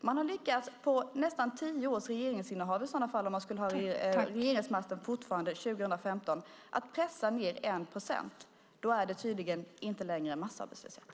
Om man fortfarande har regeringsmakten 2015 har man under nästan tio års regeringsinnehav lyckats pressa ned arbetslösheten 1 procent. Då är det tydligen inte längre massarbetslöshet.